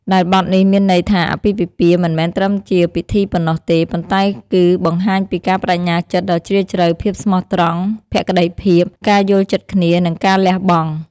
ដែលបទនេះមានន័យថា អាពាហ៍ពិពាហ៍មិនមែនត្រឹមតែជាពិធីប៉ុណ្ណោះទេ ប៉ុន្តែគឺបង្ហាញពីការប្តេជ្ញាចិត្តដ៏ជ្រាលជ្រៅ ភាពស្មោះត្រង់ ភក្តីភាព ការយល់ចិត្តគ្នា និងការលះបង់។